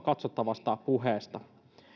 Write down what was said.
katsottavasta puheesta